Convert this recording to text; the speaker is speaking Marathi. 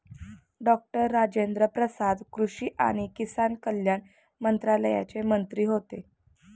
डॉक्टर राजेन्द्र प्रसाद कृषी आणि किसान कल्याण मंत्रालयाचे मंत्री होते